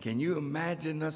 can you imagine